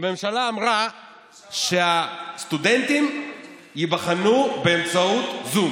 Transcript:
אבל הממשלה אמרה שהסטודנטים ייבחנו באמצעות זום.